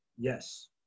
yes